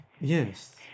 Yes